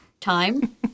time